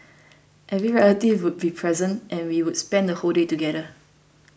every relative would be present and we would spend the whole day together